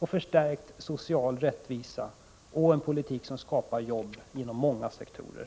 förstärkt social rättvisa och en politik som skapar jobb inom många sektorer.